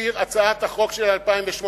מתזכיר הצעת החוק של 2008?